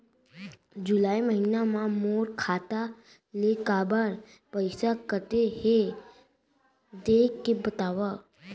जुलाई महीना मा मोर खाता ले काबर पइसा कटे हे, देख के बतावव?